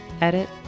edit